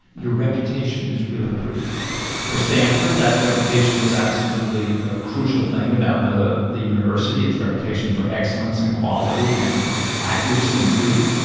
your reputation is really crucial for stanford, that reputation is absolutely a crucial thing about the the university, its reputation for excellence and quality and accuracy and truth,